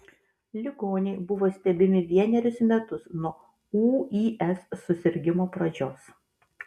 ligoniai buvo stebimi vienerius metus nuo ūis susirgimo pradžios